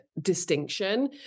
distinction